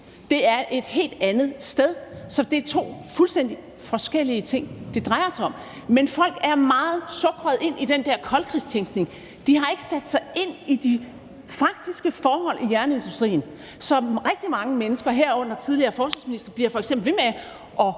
Det er et helt andet sted, så det er to fuldstændig forskellige ting, det drejer sig om. Men folk er meget sukret ind i den der koldkrigstænkning; de har ikke sat sig ind i de faktiske forhold i jernindustrien. Rigtig mange mennesker, herunder f.eks. en tidligere forsvarsminister, bliver ved med at